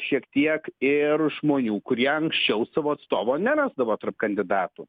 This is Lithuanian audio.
šiek tiek ir žmonių kurie anksčiau savo atstovo nerasdavo tarp kandidatų